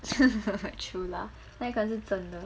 true lah 那可是真的